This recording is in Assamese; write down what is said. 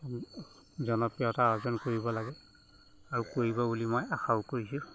জনপ্ৰিয়তা অৰ্জন কৰিব লাগে আৰু কৰিব বুলি মই আশাও কৰিছোঁ